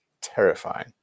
terrifying